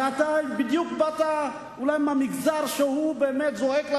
הרי אתה בדיוק באת אולי מהמגזר שהוא באמת זועק לשמים.